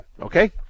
Okay